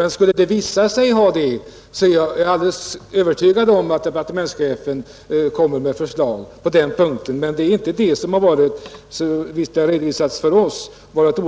Men om det visar sig att den har det, så är jag övertygad om att departementschefen framlägger förslag för att rätta till det. Enligt den redovisning vi har fått är det inga sådana